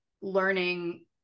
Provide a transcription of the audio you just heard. learning